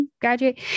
Graduate